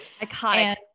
Iconic